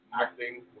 Acting